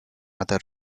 other